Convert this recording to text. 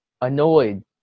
annoyed